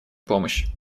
помощь